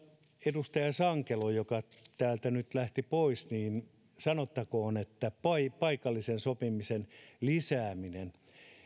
edustaja sankelolle joka täältä nyt lähti pois sanottakoon että paikallisen sopimisen lisääminen